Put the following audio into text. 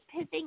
pissing